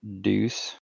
Deuce